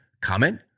comment